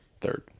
Third